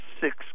six